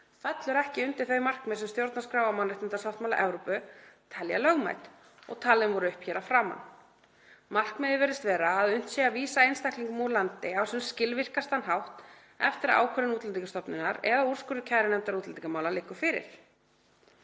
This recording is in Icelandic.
fellur ekki undir þau markmið sem stjórnarskrá og mannréttindasáttmáli Evrópu telja lögmæt og talin voru upp hér að framan. Markmiðið virðist vera að unnt sé að vísa einstaklingum úr landi á sem skilvirkastan hátt eftir að ákvörðun Útlendingastofnunar eða úrskurður kærunefndar útlendingamála liggur fyrir.